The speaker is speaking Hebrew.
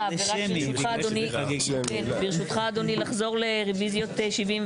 היית צריך לעשות את זה לפי שמות, בגלל שזו חגיגה.